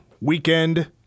weekend